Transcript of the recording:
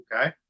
Okay